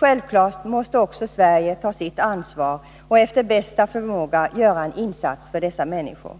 Självfallet måste också Sverige ta sitt ansvar och efter bästa förmåga göra en insats för dessa människor.